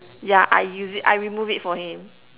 yeah I use it I remove it for him